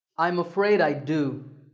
i'm afraid i do.